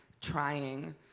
trying